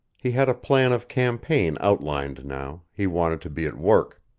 he had a plan of campaign outlined now he wanted to be at work.